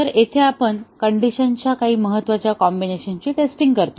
तर येथे आपण कंडीशनच्या काही महत्त्वाच्या कॉम्बिनेशनची टेस्टिंग करतो